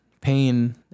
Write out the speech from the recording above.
pain